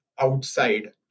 outside